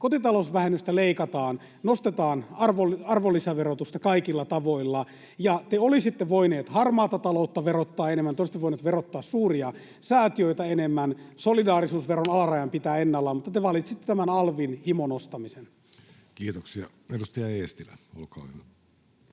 kotitalousvähennystä leikataan, nostetaan arvonlisäverotusta kaikilla tavoilla. Te olisitte voineet harmaata taloutta verottaa enemmän, te olisitte voineet verottaa suuria säätiöitä enemmän, solidaarisuusveron alarajan pitää ennallaan, mutta te valitsitte tämän alvin himonostamisen. Kiitoksia. — Edustaja Eestilä, olkaa hyvä.